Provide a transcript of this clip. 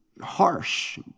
harsh